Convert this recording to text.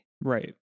right